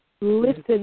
listen